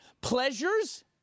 pleasures